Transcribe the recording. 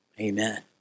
Amen